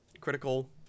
critical